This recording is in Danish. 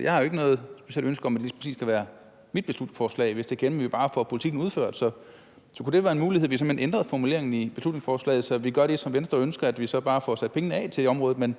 jeg har jo ikke noget specielt ønske om, at det lige præcis skal være mit beslutningsforslag, hvis vi til gengæld bare får politikken udført. Så kunne det være en mulighed, at vi simpelt hen ændrede formuleringen i beslutningsforslaget, så vi gør det, som Venstre ønsker, altså at vi så bare får sat pengene af til området? Det